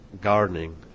gardening